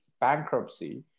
bankruptcy